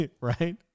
right